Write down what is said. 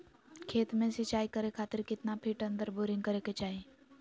खेत में सिंचाई करे खातिर कितना फिट अंदर बोरिंग करे के चाही?